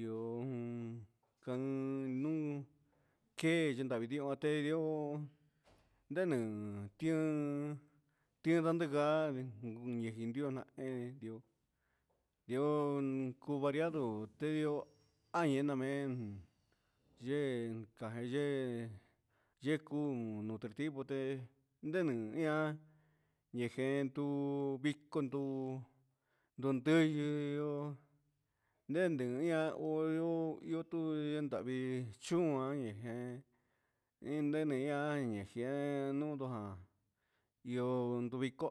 io canuun quee ya ndavi ndioo te ndioo ndanee tiaa tiandacaa ni ndionahni ndioo cuu variado teo ai na mee yee yee jecuu nutritivo ndeme ia yejia ndu vico ndundiyɨ ndendi ia olo yuu yutu ndahvi chun uan jiin inde mei an ja io ndu vico